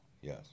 Yes